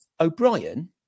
O'Brien